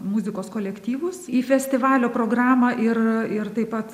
muzikos kolektyvus į festivalio programą ir ir taip pat